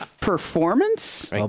performance